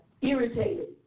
Irritated